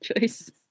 choice